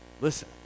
Listen